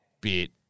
bit